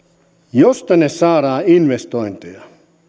jos tänne saadaan investointeja